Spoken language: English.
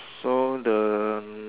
so the